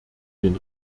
den